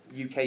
uk